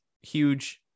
huge